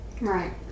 right